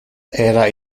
era